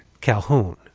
Calhoun